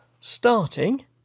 starting